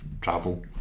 travel